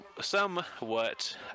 somewhat